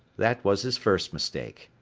that was his first mistake.